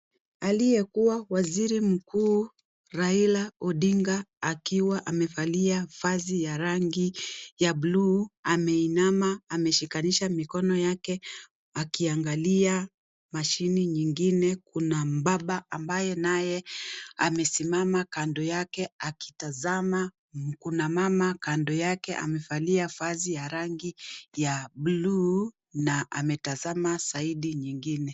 Aliyekuwa waziri mkuu Raila Odinga akiwa amevalia vazi ya rangi ya blue ameinama, ameshikanisha mikono yake akiangalia mashini nyingine . Kuna baba ambaye naye amesimama kando yake akitazama. Kuna mama kando yake amevalia vazi ya rangi ya blue na ametazama side nyingine.